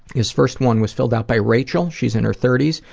this first one was filled out by rachel, she's in her thirty s,